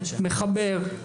מחבר.